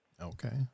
Okay